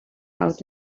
out